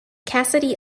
cassidy